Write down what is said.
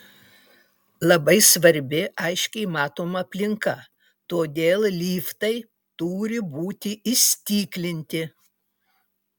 labai svarbi aiškiai matoma aplinka todėl liftai turi būti įstiklinti